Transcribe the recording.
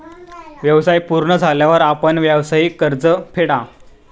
व्यवसाय पूर्ण झाल्यावर आपण व्यावसायिक कर्ज फेडा